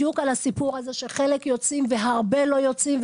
בדיוק על הסיפור הזה שחלק יוצאים והרבה לא יוצאים,